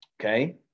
Okay